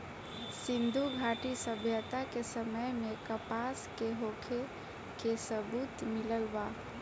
सिंधुघाटी सभ्यता के समय में कपास के होखे के सबूत मिलल बा